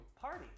party